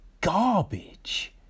garbage